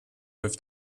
with